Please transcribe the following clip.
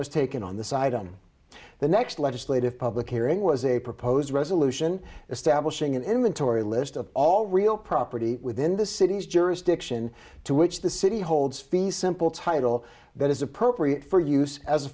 was taken on the side on the next legislative public hearing was a proposed resolution establishing an inventory list of all real property within the city's jurisdiction to which the city holds fee simple title that is appropriate for use as